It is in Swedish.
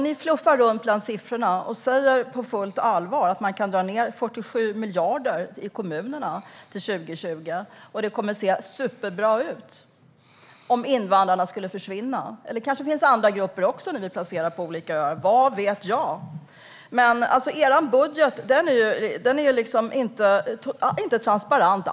Ni fluffar runt bland siffrorna och säger på fullt allvar att man kan dra ned med 47 miljarder i kommunerna till 2020, och det kommer att se superbra ut om invandrarna skulle försvinna. Det kanske också finns andra grupper ni vill placera på olika öar, vad vet jag? Er budget är inte alls transparent.